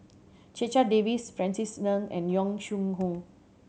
Checha Davies Francis Ng and Yong Shu Hoong